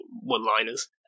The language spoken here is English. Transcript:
one-liners